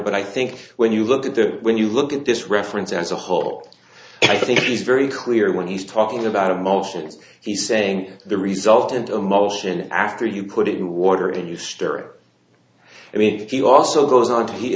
but i think when you look at that when you look at this reference as a whole i think it is very clear when he's talking about emotions he's saying the resultant emotion after you put it in water and you stir i mean if you also goes on to he